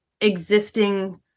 existing